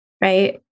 right